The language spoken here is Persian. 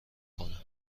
کنه